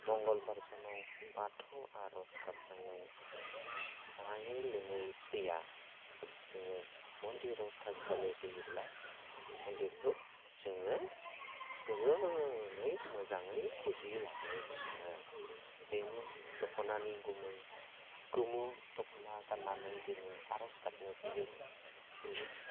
मंगलबार सानाव बाथौ आरज गाबनायाव जायै लोङै फैया जोङो मन्दिराव थानसालियाव फैयोब्ला मन्दिरखौ जोङो गोजोनै मोजाङै फुजि लाङो जोङो बेनि दख'नानि गोमो दखना गाननानै जोङो आर'ज गाबनो फैयो बेनो